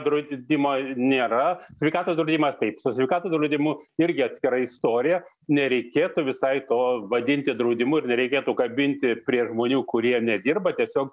draudimo nėra sveikatos draudimas taip su sveikatos draudimu irgi atskira istorija nereikėtų visai to vadinti draudimu ir nereikėtų kabinti prie žmonių kurie nedirba tiesiog